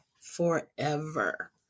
forever